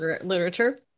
literature